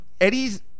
Eddie's